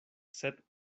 sed